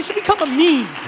become a meme.